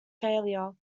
failure